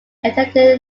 attended